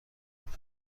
کنیم